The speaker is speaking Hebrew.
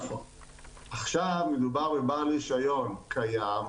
עכשיו מדובר בבעל רישיון קם,